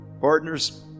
Partners